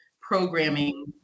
programming